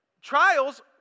Trials